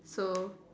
so